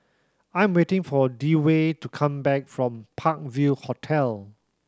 I'm waiting for Dewey to come back from Park View Hotel